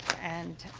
and,